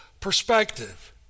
perspective